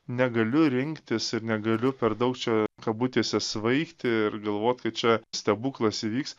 negaliu rinktis ir negaliu per daug čia kabutėse svaigti ir galvot kad čia stebuklas įvyks